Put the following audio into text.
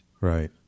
Right